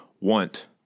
want